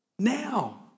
Now